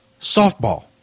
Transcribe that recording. softball